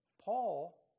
Paul